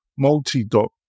Multidoc